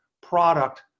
product